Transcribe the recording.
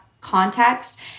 context